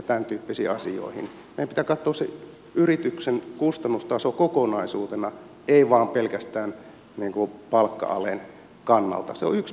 meidän pitää katsoa se yrityksen kustannustaso kokonaisuutena ei vain pelkästään palkka alen kannalta mikä on vain yksi pieni tekijä siinä